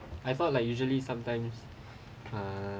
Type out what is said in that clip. I thought like usually sometimes ah